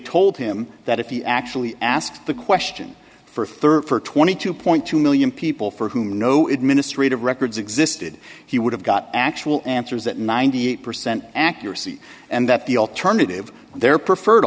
told him that if he actually asked the question for a third for twenty two point two million people for whom no administrative records existed he would have got actual answers that ninety eight percent accuracy and that the alternative their preferred